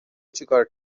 چیکار